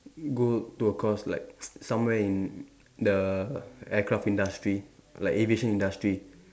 go to a course like somewhere in the aircraft industry like aviation industry